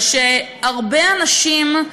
זה שהרבה אנשים,